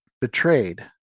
betrayed